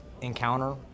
encounter